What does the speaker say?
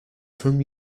from